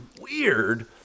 weird